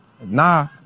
Nah